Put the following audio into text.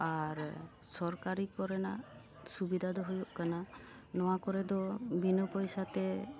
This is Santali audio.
ᱟᱨ ᱥᱚᱨᱠᱟᱨᱤ ᱠᱚᱨᱮᱱᱟᱜ ᱥᱩᱵᱤᱫᱟ ᱫᱚ ᱦᱩᱭᱩᱜ ᱠᱟᱱᱟ ᱱᱚᱣᱟ ᱠᱚᱨᱮ ᱫᱚ ᱵᱤᱱᱟᱹ ᱯᱚᱭᱥᱟ ᱛᱮ